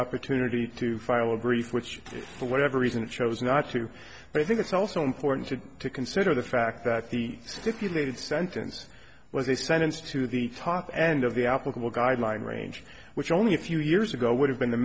opportunity to file a brief which for whatever reason chose not to but i think it's also important to consider the fact that the stipulated sentence was a sentence to the top end of the applicable guideline range which only a few years ago would have been the